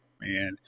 man